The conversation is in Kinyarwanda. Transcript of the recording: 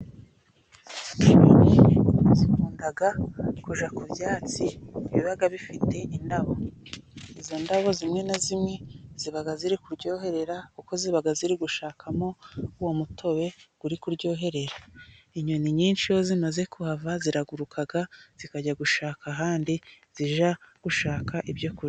Izi nyoni zikunda kujya ku byatsi biba bifite indabo, izo ndabo zimwe na zimwe ziba ziri kuryoherera, kuko ziba ziri gushakamo uwo mutobe uri kuryoherera, inyoni nyinshi iyo zimaze kuhava ziraguruka zikajya gushaka ahandi zijya gushaka ibyo kurya.